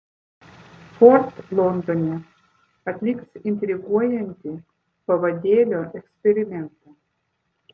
ford londone atliks intriguojantį pavadėlio eksperimentą